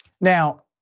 Now